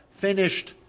finished